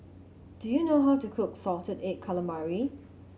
do you know how to cook salted egg calamari